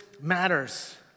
matters